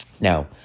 Now